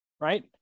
right